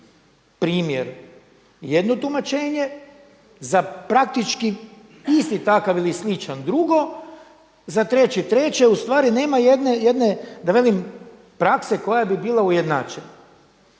primjer jedno tumačenje, za praktički isti takav ili sličan drugo, za treći treće. Ustvari, nema jedne da velim prakse koja bi bila ujednačena.